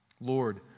Lord